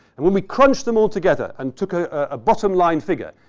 and when we crunched them all together and took a ah bottom line figure,